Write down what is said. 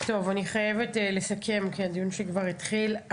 אני חייבת לסכם כי הדיון שלי כבר התחיל.